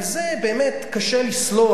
על זה באמת קשה לסלוח,